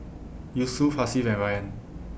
Yusuf Hasif and Ryan